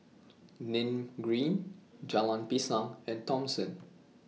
Nim Green Jalan Pisang and Thomson